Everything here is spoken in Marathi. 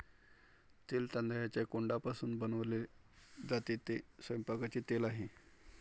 तेल तांदळाच्या कोंडापासून बनवले जाते, ते स्वयंपाकाचे तेल आहे